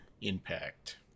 Impact